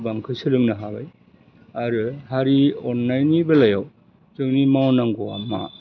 गोबांखो सोलोंनो हाबाय आरो हारि अननायनि बेलायाव जोंनि मावनांगौआ मा